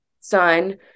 son